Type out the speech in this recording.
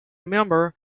member